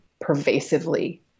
pervasively